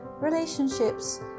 relationships